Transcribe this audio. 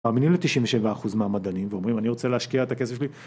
מאמינים ל-97% מהמדענים ואומרים אני רוצה להשקיע את הכסף שלי